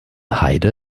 heide